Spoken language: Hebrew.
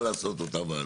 לעשות אותה וועדה?